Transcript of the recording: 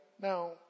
Now